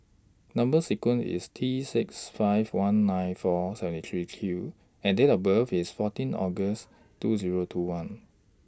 Number sequence IS T six five one nine four seven three Q and Date of birth IS fourteen August two Zero two one